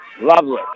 Lovely